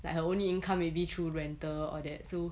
like her only income maybe through rental all that so